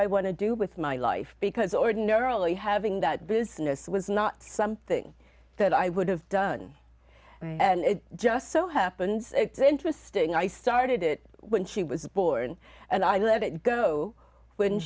i want to do with my life because ordinarily having that business was not something that i would have done and it just so happens interesting i started it when she was born and i let it go when